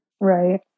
Right